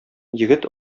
егет